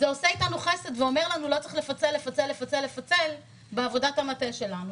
זה עושה איתנו חסד ואומר לנו: לא צריך לפצל עוד ועוד בעבודת המטה שלנו.